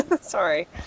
Sorry